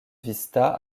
vista